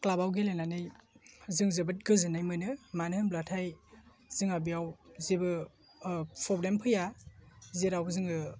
क्लाबाव गेलेनानै जों जोबोद गोजोन्नाय मोनो मानो होनब्लाथाय जोंहा बेयाव जेबो प्रब्लेम फैया जेराव जोङो